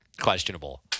Questionable